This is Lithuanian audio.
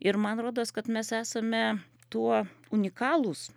ir man rodos kad mes esame tuo unikalūs